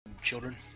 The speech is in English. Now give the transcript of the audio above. children